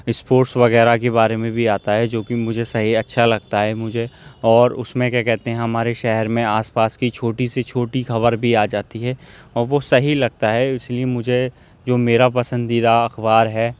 sports وغیرہ کے بارے میں بھی آتا ہے جو کہ مجھے صحیح اچھا لگتا ہے مجھے اور اس میں کیا کہتے ہیں ہمارے شہر میں آس پاس کی چھوٹی سے چھوٹی خبر بھی آ جاتی ہے اور وہ صحیح لگتا ہے اس لیے مجھے جو میرا پسندیدہ اخبار ہے